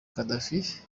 kadafi